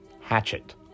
Hatchet